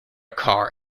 car